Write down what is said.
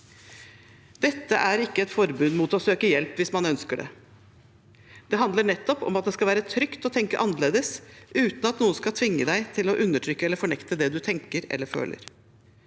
Dette er ikke et forbud mot å søke hjelp hvis man ønsker det. – Det handler nettopp om at det skal være trygt å tenke annerledes uten at noen skal tvinge deg til å undertrykke eller fornekte det du tenker eller føler.